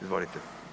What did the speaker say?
Izvolite.